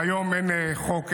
והיום אין חוק,